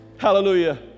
Hallelujah